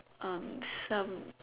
um some